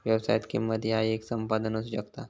व्यवसायात, किंमत ह्या येक संपादन असू शकता